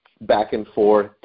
back-and-forth